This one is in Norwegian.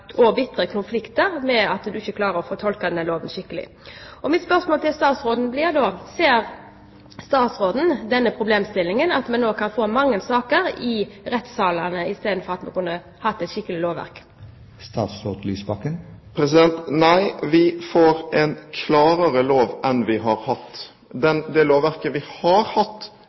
og bitre konflikter fordi en ikke klarer å tolke denne loven skikkelig. Mitt spørsmål til statsråden blir da: Ser statsråden denne problemstillingen – at vi nå kan få mange saker i rettssalene, istedenfor at vi kunne hatt et skikkelig lovverk? Nei, vi får en klarere lov enn vi har hatt. Det lovverket vi har hatt,